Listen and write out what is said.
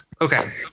okay